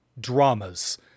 Dramas